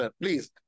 please